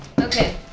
Okay